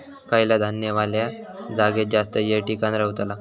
खयला धान्य वल्या जागेत जास्त येळ टिकान रवतला?